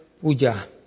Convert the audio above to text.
puja